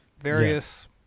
various